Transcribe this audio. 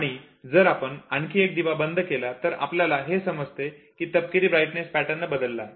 आणि जर आपण आणखी एक दिवा बंद केला तर आपल्याला हे समजते की तपकीरी ब्राइटनेस पॅटर्न बदलला आहे